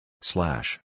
Slash